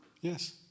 yes